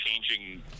changing